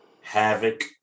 havoc